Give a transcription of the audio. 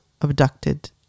abducted